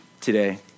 today